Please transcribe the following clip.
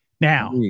Now